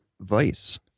vice